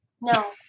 no